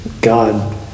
God